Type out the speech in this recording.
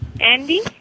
Andy